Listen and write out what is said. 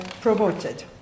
promoted